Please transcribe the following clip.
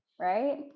Right